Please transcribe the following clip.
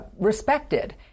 respected